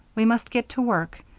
we must get to work,